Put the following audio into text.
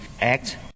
act